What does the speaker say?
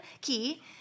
key